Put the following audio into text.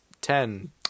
ten